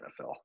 NFL